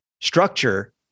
structure